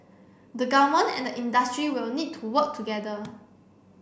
the government and the industry will need to work together